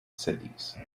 cities